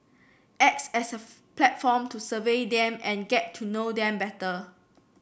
acts as a platform to survey them and get to know them better